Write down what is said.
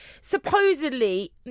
supposedly